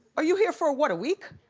are you here for, what, a week?